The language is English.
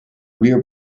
rear